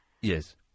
Yes